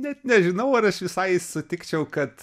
net nežinau ar aš visai sutikčiau kad